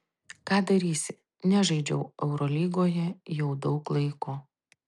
ką darysi nežaidžiau eurolygoje jau daug laiko